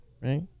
right